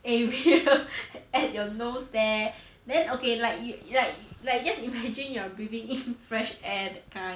area at your nose there then okay like you like like just imagine you're breathing in fresh air that kind